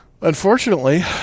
unfortunately